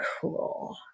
cool